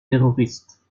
terroristes